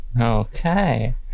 Okay